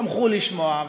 שמחו לשמוע,